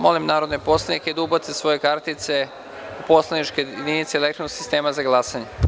Molim narodne poslanike da ubace svoje kartice u poslaničke jedinice elektronskog sistema za glasanje.